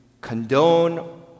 condone